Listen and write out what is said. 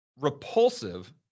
repulsive